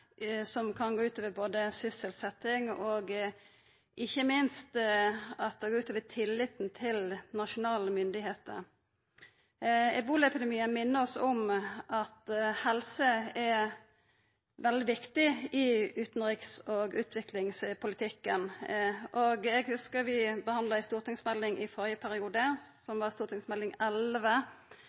som både kan gå ut over sysselsetjing og ikkje minst tilliten til nasjonale myndigheiter. Ebolaepidemien minner oss om at helse er veldig viktig i utanriks- og utviklingspolitikken. Eg hugsar at vi i førre periode behandla Meld. St. 11 for 2011–2012, om global helse i